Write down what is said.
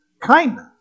kindness